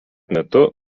metu